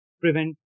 prevent